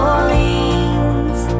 Orleans